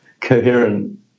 coherent